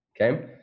Okay